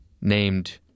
named